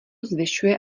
zvyšuje